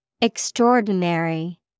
Extraordinary